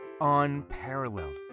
unparalleled